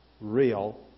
real